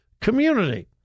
community